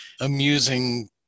amusing